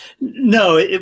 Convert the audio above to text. No